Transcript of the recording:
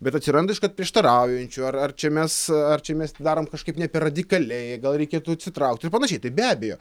bet atsiranda iškart prieštaraujančių ar ar čia mes ar čia mes darom kažkaip ne per radikaliai gal reikėtų atsitraukti ir panašiai tai be abejo